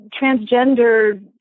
transgender-